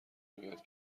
میاید